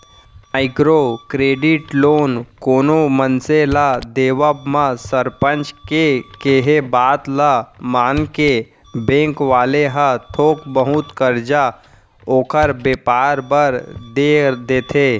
micro credit loan कोनो मनसे ल देवब म सरपंच के केहे बात ल मानके बेंक वाले ह थोक बहुत करजा ओखर बेपार बर देय देथे